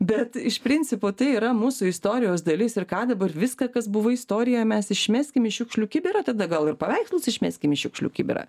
bet iš principo tai yra mūsų istorijos dalis ir ką dabar viską kas buvo istoriją mes išmeskim į šiukšlių kibirą tada gal ir paveikslus išmeskim į šiukšlių kibirą